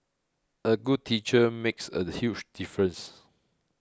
a good teacher makes a huge difference